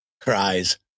cries